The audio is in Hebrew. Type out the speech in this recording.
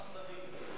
גם השרים.